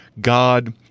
God